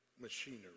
machinery